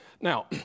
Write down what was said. Now